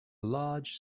large